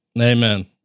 amen